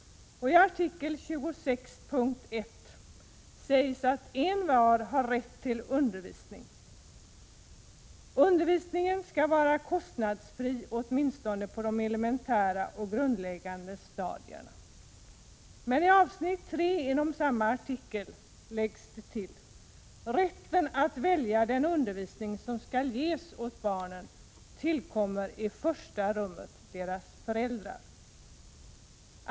I artikel 26 punkt 1 sägs att envar har rätt till undervisning. Undervisningen skall vara kostnadsfri, åtminstone på de elementära och grundläggande stadierna. Men i avsnitt 3 i samma artikel läggs det till: Rätten att välja den undervisning som skall ges åt barnen tillkommer i första rummet deras föräldrar.